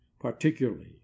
particularly